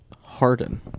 Harden